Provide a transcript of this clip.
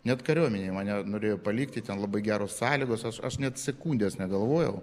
net kariuomenėj mane norėjo palikti ten labai geros sąlygos aš aš net sekundės negalvojau